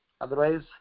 Otherwise